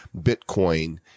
Bitcoin